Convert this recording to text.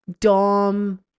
Dom